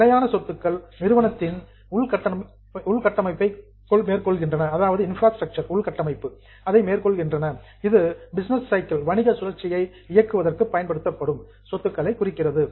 நிலையான சொத்துக்கள் நிறுவனத்தின் இன்ஃப்ராஸ்ட்ரக்சர் உள்கட்டமைப்பை மேற்கொள்கின்றன இது பிஸ்னஸ் சைக்கிள் வணிக சுழற்சியை இயக்குவதற்கு பயன்படுத்தப்படும் சொத்துக்களை குறிக்கிறது